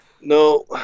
No